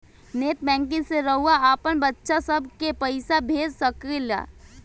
net banking से रउआ आपन बच्चा सभ के पइसा भेज सकिला